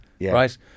right